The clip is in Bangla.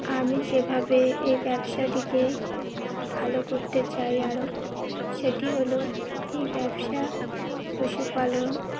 আমি যেভাবে এই ব্যবসাটিকে ভালো করতে চাই আরও সেটি হলো এই ব্যবসা পশুপালন